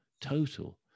total